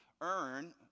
earn